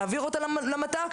להעביר אותם למת"ק,